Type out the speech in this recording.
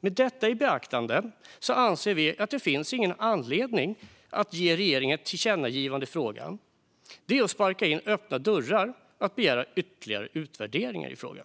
Med detta i beaktande anser vi att det inte finns någon anledning att ge regeringen ett tillkännagivande i frågan. Att begära ytterligare utvärderingar i frågan är att sparka in öppna dörrar.